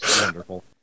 Wonderful